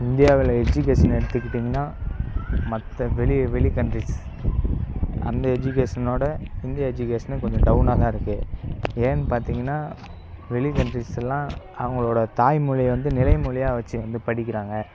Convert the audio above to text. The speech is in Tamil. இந்தியாவில் எஜுகேஷன் எடுத்துக்கிட்டீங்கன்னா மற்ற வெளியே வெளி கண்ட்ரிஸ் அந்த எஜுகேஷனோடு இந்திய எஜுகேஷன் கொஞ்சம் டவுனாக தான் இருக்குது ஏன்னு பார்த்தீங்கன்னா வெளி கண்ட்ரீஸ் எல்லாம் அவங்களோடய தாய்மொழியை வந்து நிலை மொழியாக வச்சு வந்து படிக்கிறாங்க